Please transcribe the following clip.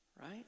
right